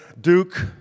Duke